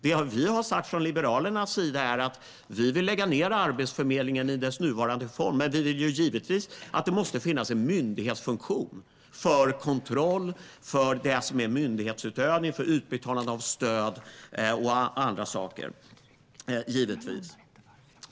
Det vi har sagt från Liberalernas sida är att vi vill lägga ned Arbetsförmedlingen i dess nuvarande form, men vi vill givetvis att det ska finnas en myndighetsfunktion för kontroll, myndighetsutövning, utbetalning av stöd och annat.